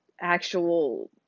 actual